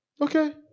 Okay